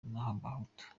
n’abahutu